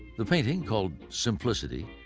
the painting, called simplicity,